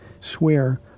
swear